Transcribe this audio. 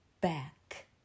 back